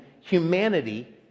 humanity